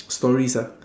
stories ah